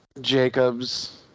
Jacobs